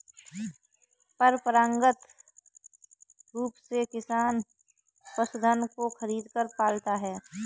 परंपरागत रूप से किसान पशुधन को खरीदकर पालता है